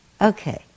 Okay